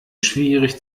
schwierig